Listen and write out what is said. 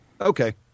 Okay